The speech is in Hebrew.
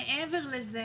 מעבר לזה,